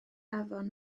afon